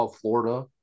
Florida